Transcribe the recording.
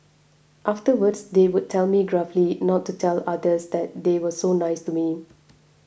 afterwards they would tell me gruffly not to tell others that they were so nice to me